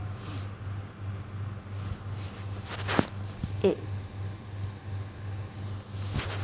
it